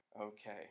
Okay